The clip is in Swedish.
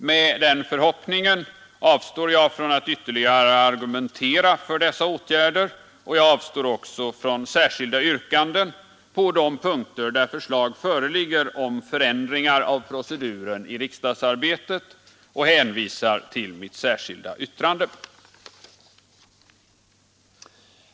Med den förhoppningen avstår jag från att argumentera ytterligare för dessa åtgärder och avstår också från särskilda yrkanden på de punkter där förslag föreligger om förändringar av proceduren i riksdagsarbetet och hänvisar i stället till mitt särskilda yttrande.